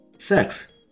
sex